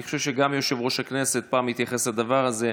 אני חושב שגם יושב-ראש הכנסת פעם התייחס לדבר הזה.